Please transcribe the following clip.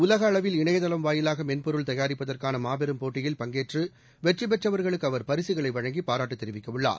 உலக அளவில் இணையதளம் வாயிலாக மென்பொருள் தயாரிப்பதற்கான மாபெரும் போட்டியில் பங்கேற்று வெற்றி பெற்றவர்களுக்கு அவர் பரிசுகளை வழங்கி பாராட்டு தெரிவிக்கவுள்ளார்